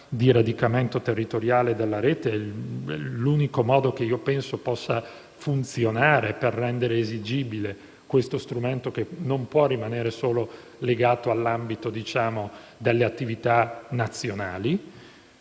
di radicamento territoriale della Rete, l'unico modo che penso possa funzionare per rendere esigibile questo strumento che non può rimanere solo legato all'ambito delle attività nazionali.